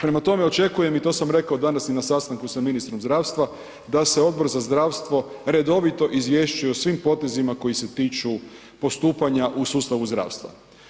Prema tome, očekujem, i to sam rekao danas i na sastanku sa ministrom zdravstva da se Odbor za zdravstvo redovito izvješćuje o svim potezima koji se tiču postupanja u sustavu zdravstva.